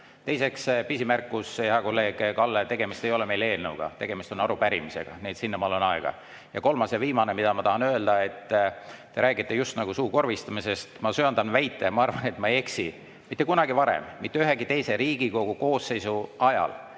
Teiseks, pisimärkus. Hea kolleeg Kalle, tegemist ei ole eelnõuga, tegemist on arupärimisega, nii et sinnamaale on aega. Ja kolmas, viimane, mida ma tahan öelda. Te räägite suukorvistamisest. Ma söandan väita ja ma arvan, et ma ei eksi, et mitte kunagi varem, mitte ühegi teise Riigikogu koosseisu ajal,